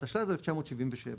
התשל"ז-1977.